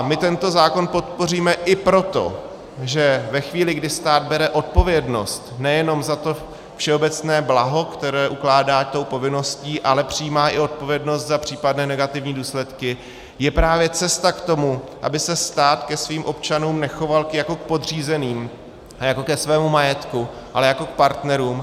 My tento zákon podpoříme i proto, že ve chvíli, kdy stát bere odpovědnost nejenom za to všeobecné blaho, které ukládá tou povinností, ale přijímá i odpovědnost za případné negativní důsledky, je právě cesta k tomu, aby se stát ke svým občanům nechoval jako k podřízeným a jako ke svému majetku, ale jako k partnerům.